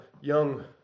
young